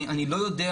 אני לא יודע,